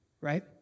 Right